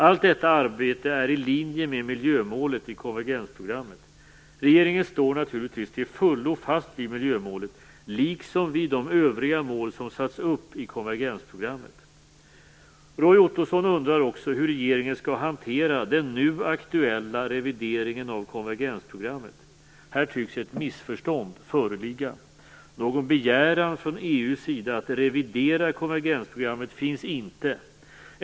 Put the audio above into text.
Allt detta arbete är i linje med miljömålet i konvergensprogrammet. Regeringen står naturligtvis till fullo fast vid miljömålet liksom vid de övriga mål som satts upp i konvergensprogrammet. Roy Ottosson undrar också hur regeringen skall hantera den "nu aktuella" revideringen av konvergensprogrammet. Här tycks ett missförstånd föreligga. Någon begäran från EU:s sida att revidera konvergensprogrammet finns inte.